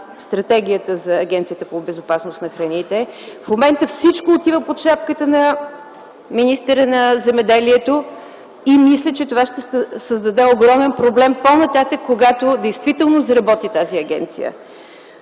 стратегията за Агенцията по безопасност на храните. В момента всичко отива под шапката на министъра на земеделието и мисля, че това ще създаде огромен проблем по-нататък, когато действително заработи тази агенция.